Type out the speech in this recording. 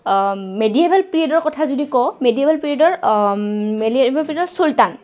medieval পিৰিয়ডৰ কথা যদি কওঁ মেডিয়েভেল পিৰিয়েডৰ মেডিয়ভেল পিৰিয়ডৰ চুলতান